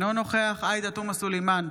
אינו נוכח עאידה תומא סלימאן,